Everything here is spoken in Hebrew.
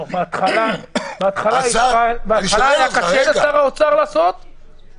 בהתחלה היה קשה לשר האוצר לעשות את זה,